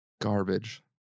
Garbage